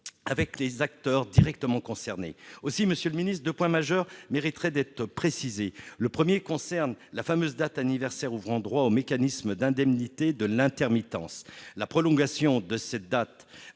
avec les acteurs directement concernés. Aussi, monsieur le ministre, deux points majeurs méritent d'être précisés. Le premier concerne la fameuse date anniversaire ouvrant droit au mécanisme d'indemnité de l'intermittence. La prolongation des droits